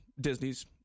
Disney's